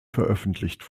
veröffentlicht